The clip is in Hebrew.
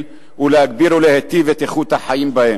ולהגביר ולהיטיב את איכות החיים בהן: